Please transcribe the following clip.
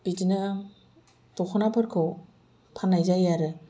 बिदिनो दख'नाफोरखौ फाननाय जायो आरो